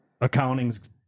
Accounting's